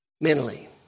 Mentally